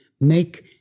make